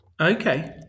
Okay